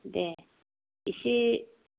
दे एसे